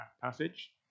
passage